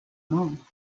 mall